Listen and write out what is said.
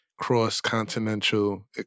cross-continental